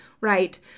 right